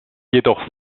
jedoch